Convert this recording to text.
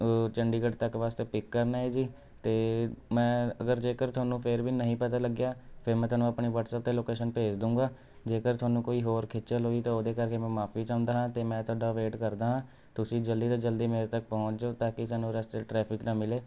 ਚੰਡੀਗੜ੍ਹ ਤੱਕ ਵਾਸਤੇ ਪਿੱਕ ਕਰਨਾ ਹੈ ਜੀ ਅਤੇ ਮੈਂ ਅਗਰ ਜੇਕਰ ਤੁਹਾਨੂੰ ਫੇਰ ਵੀ ਨਹੀਂ ਪਤਾ ਲੱਗਿਆ ਫੇਰ ਮੈਂ ਤੁਹਾਨੂੰ ਆਪਣੇ ਵਟਸਐਪ 'ਤੇ ਲੋਕੇਸ਼ਨ ਭੇਜ ਦੂਗਾ ਜੇਕਰ ਤੁਹਾਨੂੰ ਕੋਈ ਹੋਰ ਖੇਚਲ ਹੋਈ ਤਾਂ ਉਹਦੇ ਕਰਕੇ ਮੈਂ ਮਾਫੀ ਚਾਹੁੰਦਾ ਹਾਂ ਅਤੇ ਮੈਂ ਤੁਹਾਡਾ ਵੇਟ ਕਰਦਾ ਹਾਂ ਤੁਸੀਂ ਜਲਦੀ ਤੋਂ ਜਲਦੀ ਮੇਰੇ ਤੱਕ ਪਹੁੰਚ ਜਾਉ ਤਾਂ ਕਿ ਸਾਨੂੰ ਰਸਤੇ 'ਚ ਟ੍ਰੈਫਿਕ ਨਾ ਮਿਲੇ